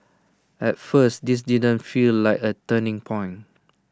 at first this didn't feel like A turning point